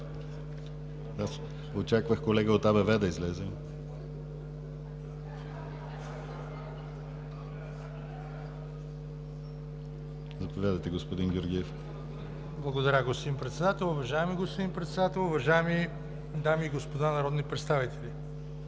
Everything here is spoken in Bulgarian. Благодаря, господин Председател. Уважаеми господин Председател, уважаеми дами и господа народни представители!